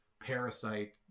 parasite